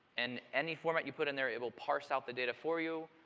and any format you put in there it will parse out the data for you,